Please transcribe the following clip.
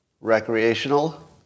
recreational